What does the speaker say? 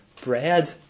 Bread